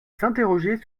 s’interroger